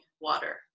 water